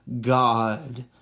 God